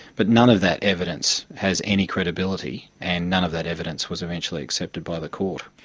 but none of that evidence has any credibility and none of that evidence was eventually accepted by the court.